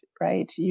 right